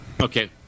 Okay